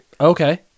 Okay